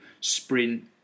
sprint